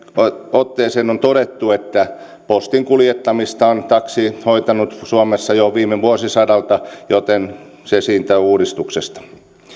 otteeseen on todettu että postin kuljettamista on taksi hoitanut suomessa jo viime vuosisadalta joten se siitä uudistuksesta